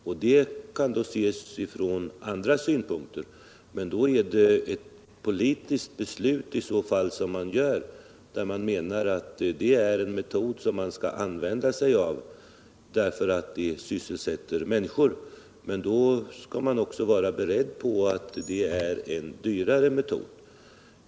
Det problemet kan ses från andra synpunkter. Bestämmer man sig för att använda manuella metoder, fattar man ett politiskt beslut, därför att man anser att man skall använda sådana metoder för att sysselsätta människor. Då skall man också vara beredd på att det är dyrare metoder.